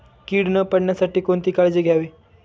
कीड न पडण्यासाठी कोणती काळजी घ्यावी?